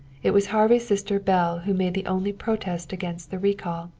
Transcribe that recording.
it was harvey's sister belle who made the only protest against the recall.